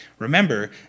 Remember